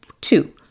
Two